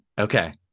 Okay